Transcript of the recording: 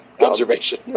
Observation